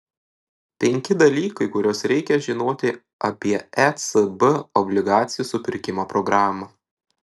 penki dalykai kuriuos reikia žinoti apie ecb obligacijų supirkimo programą